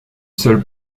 seule